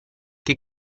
che